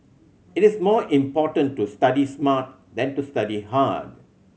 it is more important to study smart than to study hard